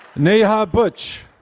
neha buch.